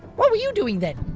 what were you doing then?